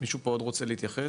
מישהו פה עוד רוצה להתייחס?